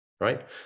Right